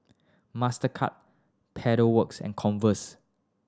Mastercard Pedal Works and Converse